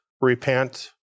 repent